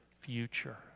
future